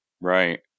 Right